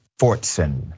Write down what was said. Fortson